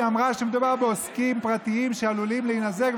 היא אמרה שמדובר בעוסקים פרטיים שעלולים להינזק,